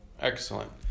Excellent